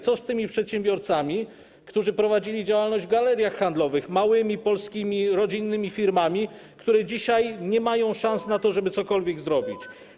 Co z przedsiębiorcami, którzy prowadzili działalność w galeriach handlowych, małymi polskimi rodzinnymi firmami, które dzisiaj nie mają szans na to, żeby cokolwiek zrobić?